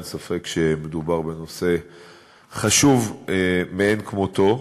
אין ספק שמדובר בנושא חשוב מאין כמותו.